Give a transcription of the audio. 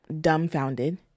dumbfounded